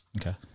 Okay